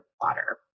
water